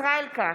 ישראל כץ,